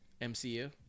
MCU